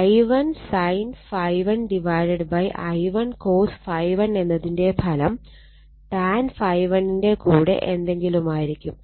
I1 sin ∅1 I1 cos ∅1 എന്നതിന്റെ ഫലം tan ∅1 ൻറെ കൂടെ എന്തെങ്കിലുമായിരിക്കും